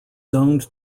zoned